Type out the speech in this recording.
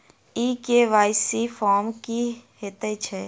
ई KYC form की हएत छै?